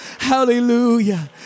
Hallelujah